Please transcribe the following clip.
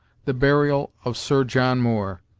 the burial of sir john moore,